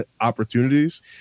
opportunities